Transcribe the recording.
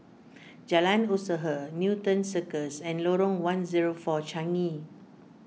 Jalan Usaha Newton Circus and Lorong one zero four Changi